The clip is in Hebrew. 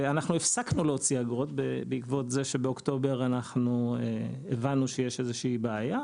ואנחנו הפסקנו להוציא אגרות בעקבות זה שבאוקטובר הבנו שיש איזושהי בעיה.